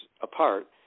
apart